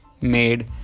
made